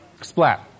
Splat